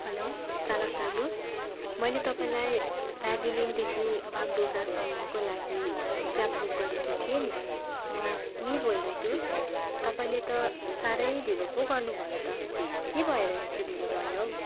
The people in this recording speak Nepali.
हेलो चालक दाजु हो मैले तपाईँलाई दार्जिलिङदेखि बाघडोगरासम्मको लागि क्याब बुक गरेकी थिएँ नि म उही बोल्दैछु तपाईँले त साह्रै ढिलो पो गर्नु भयो त के भएर यस्तो ढिलो भयो हौ